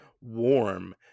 warm